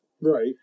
Right